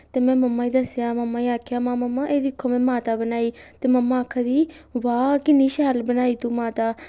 ते में मम्मा गी दस्सेआ मम्मा गी आखेआ महां मम्मा एह् दिक्खो में माता बनाई ते मम्मा आखा दी ही वाह् किन्नी शैल बनाई तूं माता